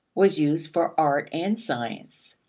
was used for art and science.